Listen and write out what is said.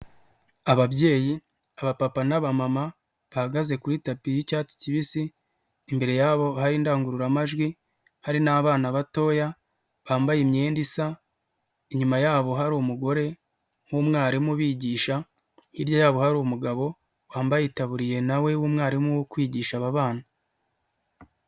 ababyeyi, abapapa n'abamama, bahagaze kuri tapi y'icyatsi kibisi, imbere yabo hari indangururamajwi, hari n'abana batoya bambaye imyenda isa, inyuma yabo hari umugore w'umwarimu ubigisha, hirya yabo hari umugabo wambaye itaburiya na we w'umwarimu wo kwigisha aba bana.